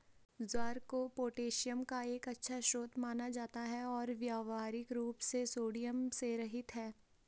ज्वार को पोटेशियम का एक अच्छा स्रोत माना जाता है और व्यावहारिक रूप से सोडियम से रहित है